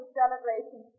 celebration